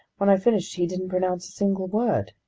when i finished, he didn't pronounce a single word.